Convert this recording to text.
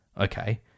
Okay